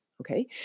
Okay